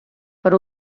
per